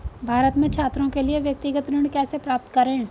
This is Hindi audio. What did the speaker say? भारत में छात्रों के लिए व्यक्तिगत ऋण कैसे प्राप्त करें?